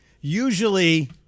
usually